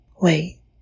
Wait